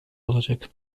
olacak